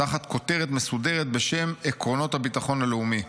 תחת כותרת מסודרת בשם 'עקרונות הביטחון הלאומי'.